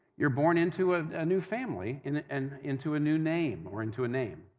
you're born into ah a new family, into and into a new name or into a name.